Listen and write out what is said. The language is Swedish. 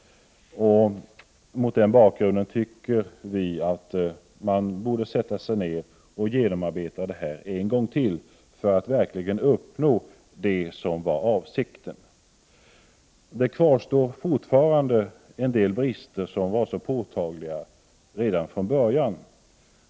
Mot den bakgrunden tycker vi att man borde sätta sig ned och arbeta igenom det här en gång till, för att verkligen uppnå det som var avsikten. Fortfarande kvarstår en del brister som var påtagliga redan från början.